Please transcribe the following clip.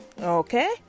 Okay